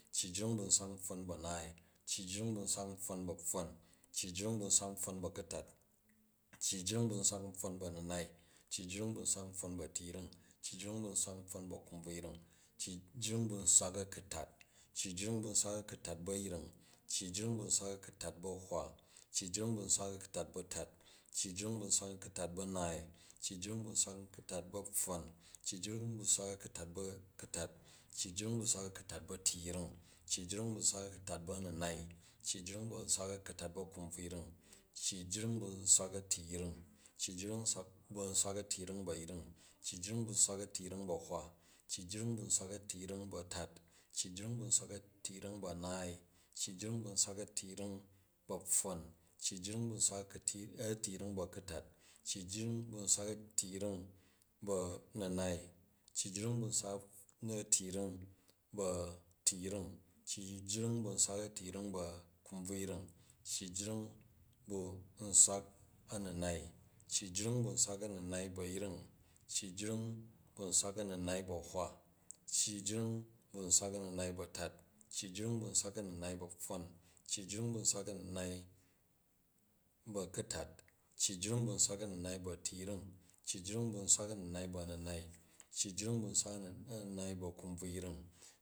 Cyi jring bu nswak pfwon bu a̱naai, cyi jring bu nswak pfwon bu a̱pfwon, cyi jring bu nswak pfwon bu a̱ku̱tat, cyi jring bu nswak pfwon bu a̱minai, cyi jring bu nswak pfwon bu a̱tiyring, cyi jring bu nswak pfwon bu a̱kubvuyring, cyi jring bu nswak a̱ku̱tat. Cyi jring bu nswak a̱kutat bu a̱yring, cyi jring bu nswak a̱ku̱tat bu a̱hwa, cyi jring bu nswak a̱ku̱tat a̱tat, cyi jring bu nswak a̱ku̱tat bu a̱naai, cyi jring bu nswak a̱ku̱tat bu apfwn, cyi jring bu nswak a̱ku̱tat bu a̱kulat, cyi jring bu nswak a̱ku̱tat bu atiyring, cyi jring bu nswak a̱ku̱tat bu a̱ninai, cyi jring bu nswak a̱ku̱tat bu a̱kubvuyring, cyi jring bu nswak a̱tiyring, cyi jring bu nswak a̱tiyring bu a̱yring, cyi jring bu nswak a̱tiying a̱hwa, cyi jring bu nswak a̱tiying bu a̱tat, cyi jring bu nswak a̱tiying bu a̱naai, cyi jring bu nswak a̱tiying a̱pfwon, cyi jring bu nswak a̱tiying a̱kutat, cyi jring bu nswak a̱tiying a̱tiyring, cyi jring bu nswak a̱tiying bu-bu a̱ninai, cyi jring bu nswak a̱tiying a̱kubvuyring, cyi jring bu nswak a̱ninai. Cyi jring bu nswak a̱ninai bu ayring, cyi jring bu nswak a̱ninai bu a̱tat, cyi jring bu nswak a̱ninai bu a̱pfron, cyi jring bu nswak a̱ninai bu a̱ku̱tat, cyi jring bu nswak a̱ninai bu a̱tiyring, cyi jring bu nswak a̱ninai bu a̱ninai, cyi jring bu nswak a̱ninai bu a̱kubvuyring